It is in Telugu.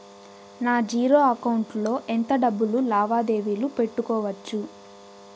నా జీరో అకౌంట్ లో ఎంత డబ్బులు లావాదేవీలు పెట్టుకోవచ్చు?